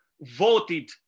voted